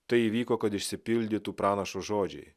tai įvyko kad išsipildytų pranašo žodžiai